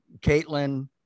Caitlin